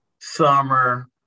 summer